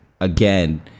Again